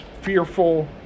fearful